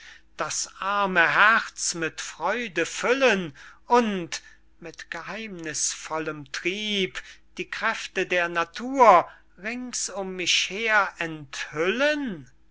das arme herz mit freude füllen und mit geheimnißvollem trieb die kräfte der natur rings um mich her enthüllen